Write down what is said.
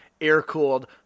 air-cooled